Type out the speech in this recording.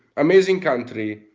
amazing country.